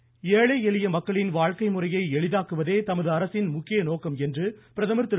B ஏழை எளிய மக்களின் வாழ்க்கை முறையை எளிதாக்குவதே தமது அரசின் முக்கிய நோக்கம் என்று பிரதமர் திரு